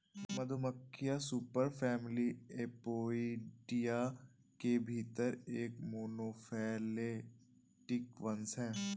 मधुमक्खियां superfamily Apoidea के भीतर एक मोनोफैलेटिक वंश हैं